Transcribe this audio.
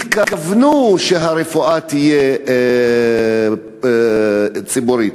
התכוונו שהרפואה תהיה ציבורית.